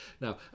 Now